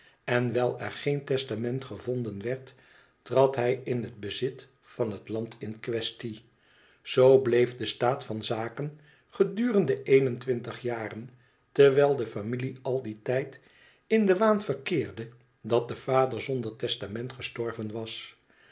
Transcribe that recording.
en wijl er geen testament gevonden werd trad hij in het bezit van het land in quaestie zoo bleef de staat van zaken gedurende een en twintig jaren terwijl de familie al dien tijd in den waan verkeerde dat de vader zonder testament gestorven was